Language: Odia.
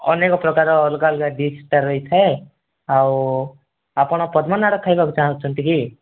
ଅନେକପ୍ରକାର ଅଲଗା ଅଲଗା ଡିସ୍ଟା ରହିଥାଏ ଆଉ ଆପଣ ପଦ୍ମନାଡ଼ ଖାଇବାକୁ ଚାହୁଁଛନ୍ତି କି